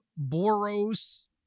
Boros